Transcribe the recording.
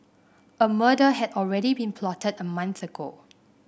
a murder had already been plotted a month ago